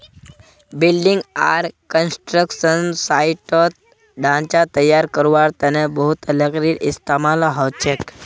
building आर construction साइटत ढांचा तैयार करवार तने बहुत लकड़ीर इस्तेमाल हछेक